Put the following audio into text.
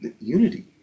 unity